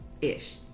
ish